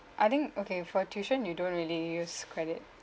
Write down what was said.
I think okay for tuition you don't really use credit